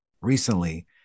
recently